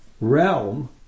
realm